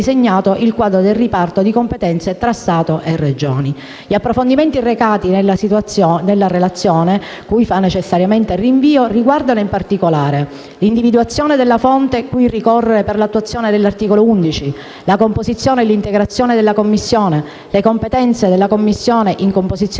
il quadro del riparto di competenze tra Stato e Regioni.